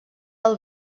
del